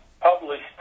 published